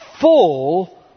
full